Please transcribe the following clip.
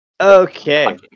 Okay